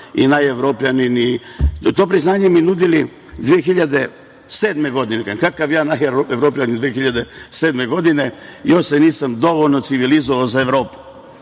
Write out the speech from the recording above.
i Najevropljanin, i to priznanje su mi nudili 2007. godine. Kakav sam ja Najevropljanin 2007. godine, još se nisam dovoljno civilizovao za Evropu,